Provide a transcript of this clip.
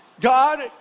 God